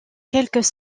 quelques